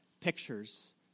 pictures